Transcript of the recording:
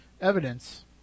evidence